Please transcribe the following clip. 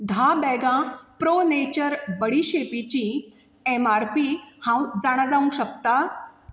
धा बॅगां pro nature बडीशेपीची ऍम आर पी हांव जाणा जावंक शकतां